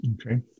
Okay